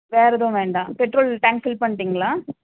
வேற எதுவும் வேண்டாம் பெட்ரோல் டேங்க் ஃபில் பண்ணிட்டீங்களா